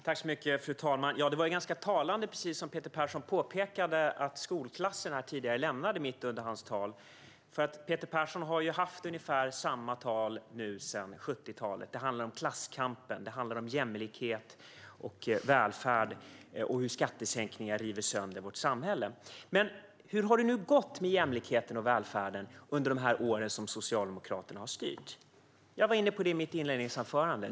Fru talman! Precis som Peter Persson påpekade var det ganska talande att skolklassen tidigare lämnade salen mitt under hans tal. Peter Persson har ju hållit ungefär samma tal sedan 70-talet. Det handlar om klasskampen, om jämlikhet, om välfärd och om hur skattesänkningar river sönder vårt samhälle. Hur har det nu gått med jämlikheten och välfärden under de år som Socialdemokraterna har styrt? Jag var inne på det i mitt inledningsanförande.